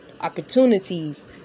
opportunities